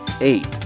eight